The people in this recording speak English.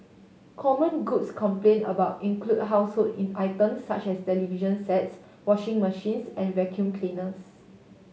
common goods complain about include household in items such as television sets washing machines and vacuum cleaners